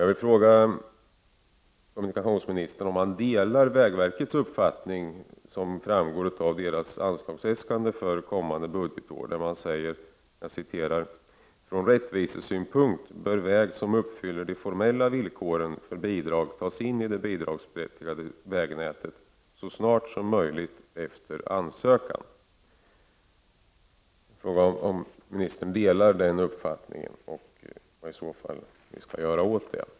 Jag vill fråga kommunikationsministern om han delar vägverkets uppfattning, som framgår av verkets anslagsäskande för kommande budgetår, att från rättvisesynpunkt bör väg som uppfyller de formella villkoren för bidrag tas in i det bidragsberättigade vägnätet så snart som möjligt efter ansökan. Vad skall vi i så fall göra åt detta?